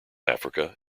africa